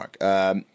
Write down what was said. Mark